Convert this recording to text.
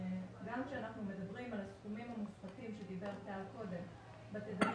גם כשאנחנו מדברים על הסכומים המופחתים עליהם דיבר טל קודם לכן בתדרים